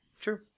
True